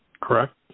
correct